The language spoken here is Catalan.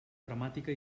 dramàtica